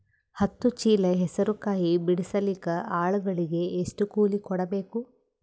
ಹತ್ತು ಚೀಲ ಹೆಸರು ಕಾಯಿ ಬಿಡಸಲಿಕ ಆಳಗಳಿಗೆ ಎಷ್ಟು ಕೂಲಿ ಕೊಡಬೇಕು?